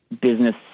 business